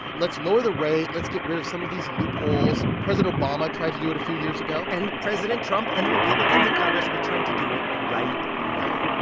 let's lower the rate. let's get rid of some of these loopholes. president obama tried to do it a few years ago and president trump and the republicans in congress are trying to do it right now.